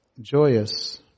joyous